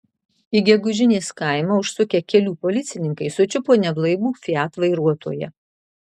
į gegužinės kaimą užsukę kelių policininkai sučiupo neblaivų fiat vairuotoją